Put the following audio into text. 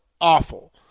awful